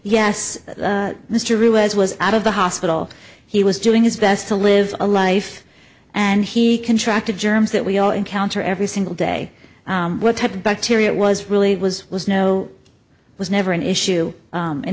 yes the mystery was was out of the hospital he was doing his best to live a life and he can track the germs that we all encounter every single day what type of bacteria it was really was was no it was never an issue